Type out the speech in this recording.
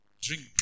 drink